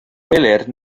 gwelir